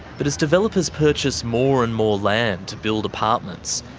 but as developers purchase more and more land to build apartments,